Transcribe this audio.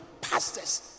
pastors